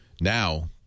now